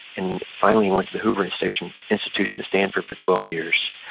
and finally he went to the hoover institution institution at stanford for twelve years.